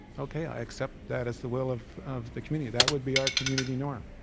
okay, i accept that as the will of of the community. that would be our community norm.